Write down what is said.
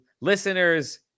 listeners